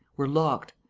were locked,